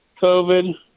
COVID